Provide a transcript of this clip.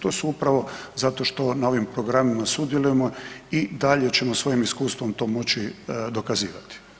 To su upravo zato što na ovim programima sudjelujemo i dalje ćemo svojim iskustvom to moći dokazivati.